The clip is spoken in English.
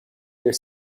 their